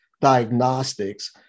diagnostics